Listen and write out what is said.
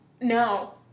No